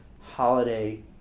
holiday